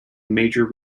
major